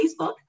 Facebook